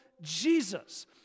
Jesus